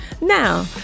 Now